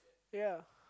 ya